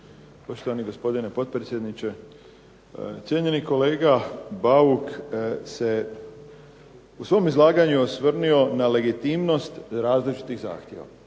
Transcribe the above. Poštovani gospodine potpredsjedniče, cijenjeni kolega Bauk se u svom izlaganju osvrnuo na legitimnost različitih zahtjeva.